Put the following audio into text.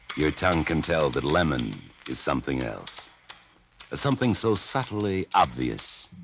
your tongue can tell that lemon is something else. a something so subtly obvious